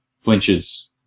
flinches